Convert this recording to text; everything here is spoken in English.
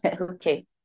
Okay